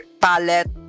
palette